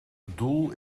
doel